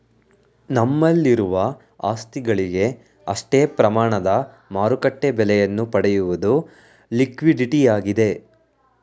ನಮ್ಮಲ್ಲಿರುವ ಆಸ್ತಿಗಳಿಗೆ ಅಷ್ಟೇ ಪ್ರಮಾಣದ ಮಾರುಕಟ್ಟೆ ಬೆಲೆಯನ್ನು ಪಡೆಯುವುದು ಲಿಕ್ವಿಡಿಟಿಯಾಗಿದೆ